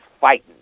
fighting